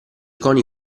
coni